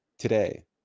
today